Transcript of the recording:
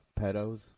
pedos